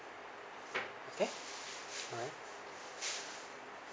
okay alright